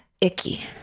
icky